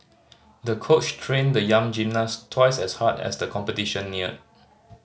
the coach trained the young gymnast twice as hard as the competition neared